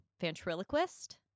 ventriloquist